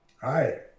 Hi